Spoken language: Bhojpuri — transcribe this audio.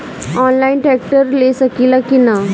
आनलाइन ट्रैक्टर ले सकीला कि न?